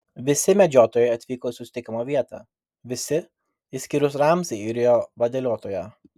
visi medžiotojai atvyko į susitikimo vietą visi išskyrus ramzį ir jo vadeliotoją